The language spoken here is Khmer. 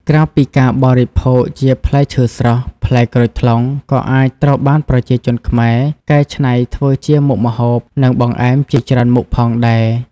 ក្រៅពីការបរិភោគជាផ្លែឈើស្រស់ ផ្លែក្រូចថ្លុងក៏អាចត្រូវបានប្រជាជនខ្មែរកែច្នៃធ្វើជាមុខម្ហូប និងបង្អែមជាច្រើនមុខផងដែរ។